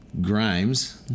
Grimes